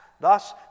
Thus